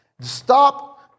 Stop